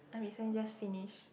I recently just finished